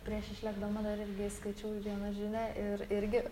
prieš išlėkdama dar irgi įskaičiau vieną žinią ir irgi